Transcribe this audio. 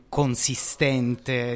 consistente